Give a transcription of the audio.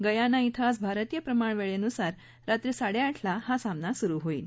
Guyana चिं आज भारतीय प्रमाणवेळेन्सार रात्री साडेआठला हा सामना सुरू होईल